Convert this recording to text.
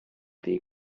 ddi